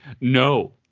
No